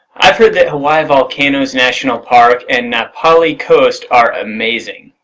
i've heard that hawaii volcanoes national park and na pali coast are amazing.